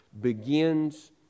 begins